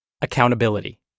accountability